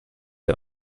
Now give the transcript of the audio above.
der